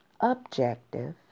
objective